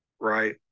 right